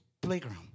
playground